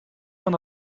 van